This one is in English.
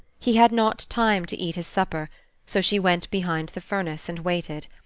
he had not time to eat his supper so she went behind the furnace, and waited.